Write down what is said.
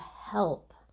help